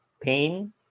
pain